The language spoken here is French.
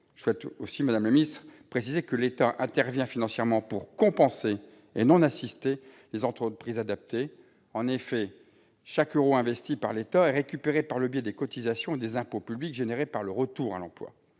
Je souhaite également préciser que l'État intervient financièrement pour compenser, et non assister les entreprises adaptées. En effet, chaque euro investi par l'État est récupéré par le biais des cotisations et des impôts publics engendrés par le retour à l'emploi.